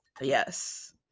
Yes